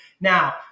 Now